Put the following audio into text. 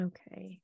Okay